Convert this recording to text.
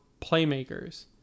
playmakers